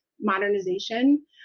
modernization